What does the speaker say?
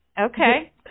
Okay